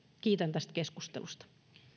kiitän tästä keskustelusta